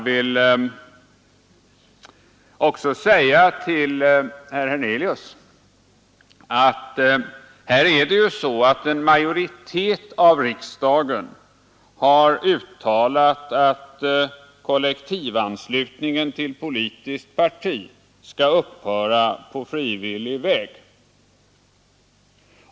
Riksdagen har ju, herr Hernelius, uttalat att kollektivanslutningen till politiskt parti skall upphöra på frivillig väg.